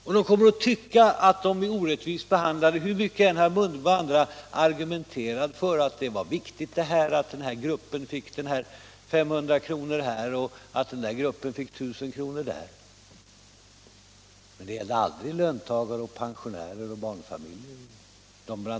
Och de kommer att fortsätta att tycka att de är orättvist behandlade hur mycket än herr Mundebo försäkrar att det var viktigt att ge de här höglönegrupperna 500 kronor här och 1000 kronor där — sådana förmåner kommer ju aldrig låginkomsttagare, pensionärer och barnfamiljer till del.